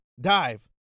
dive